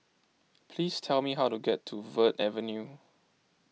please tell me how to get to Verde Avenue